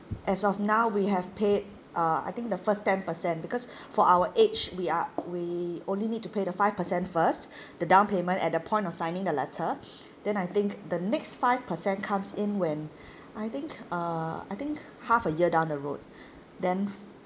as of now we have paid uh I think the first ten percent because for our age we are we only need to pay the five percent first the down payment at the point of signing the letter then I think the next five percent comes in when I think uh I think half a year down the road then